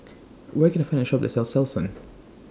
Where Can I Find A Shop that sells Selsun